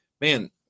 Man